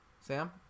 Sam